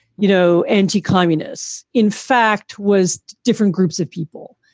you know, anti communists, in fact, was different groups of people.